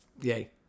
Yay